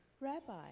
Rabbi